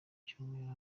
cyumweru